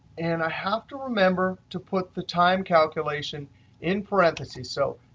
and i have to remember to put the time calculation in parentheses. so,